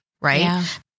right